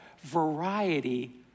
variety